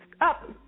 Up